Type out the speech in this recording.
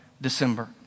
December